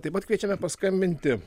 taip pat kviečiame paskambinti